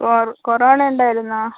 കൊർ കൊറോണ ഉണ്ടായിരുന്നോ